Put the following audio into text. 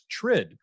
TRID